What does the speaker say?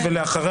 רק,